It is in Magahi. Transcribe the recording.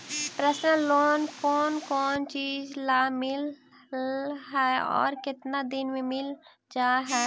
पर्सनल लोन कोन कोन चिज ल मिल है और केतना दिन में मिल जा है?